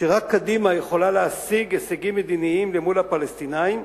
שרק קדימה יכולה להשיג הישגים מדיניים מול הפלסטינים,